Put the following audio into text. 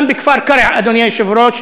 גם בכפר-קרע, אדוני השר,